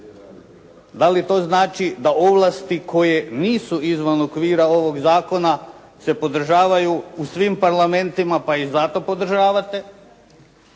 da li to znači da ovlasti koje nisu izvan okvira ovog zakona se podržavaju u svim parlamentima pa ih zato podržavate